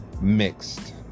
mixed